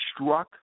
struck